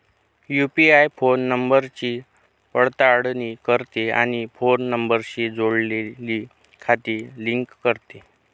UPI phone नंबरची पडताळणी करते आणि फोन नंबरशी जोडलेली खाती लिंक करते